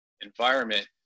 environment